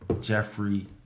Jeffrey